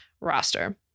roster